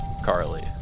Carly